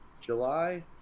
July